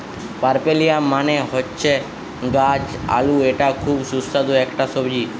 পার্পেলিয়াম মানে হচ্ছে গাছ আলু এটা খুব সুস্বাদু একটা সবজি